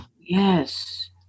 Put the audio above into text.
Yes